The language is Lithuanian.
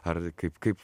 ar kaip kaip